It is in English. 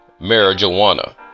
marijuana